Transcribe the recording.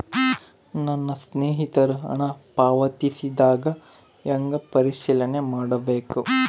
ನನ್ನ ಸ್ನೇಹಿತರು ಹಣ ಪಾವತಿಸಿದಾಗ ಹೆಂಗ ಪರಿಶೇಲನೆ ಮಾಡಬೇಕು?